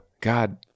God